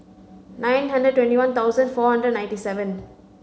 nine hundred twenty one thousand four hundred ninety seven